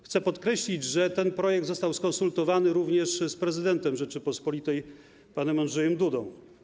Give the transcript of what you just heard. Chcę podkreślić, że ten projekt został skonsultowany również z prezydentem Rzeczypospolitej panem Andrzejem Dudą.